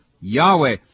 Yahweh